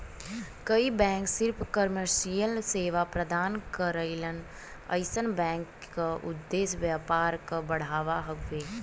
कई बैंक सिर्फ कमर्शियल सेवा प्रदान करलन अइसन बैंक क उद्देश्य व्यापार क बढ़ाना हउवे